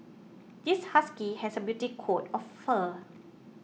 this husky has a beauty coat of fur